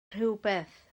rhywbeth